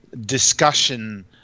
discussion